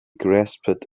grasped